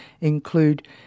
include